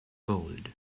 gold